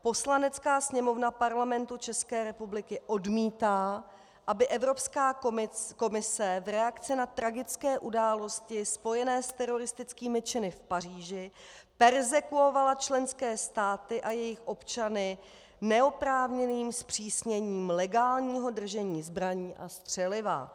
Poslanecká sněmovna Parlamentu České republiky odmítá, aby Evropská komise v reakci na tragické události spojené s teroristickými činy v Paříži perzekvovala členské státy a jejich občany neoprávněným zpřísněním legálního držení zbraní střeliva.